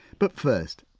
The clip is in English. but first,